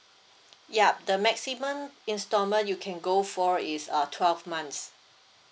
yup the maximum instalment you can go for is uh twelve months